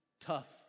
tough